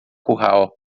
curral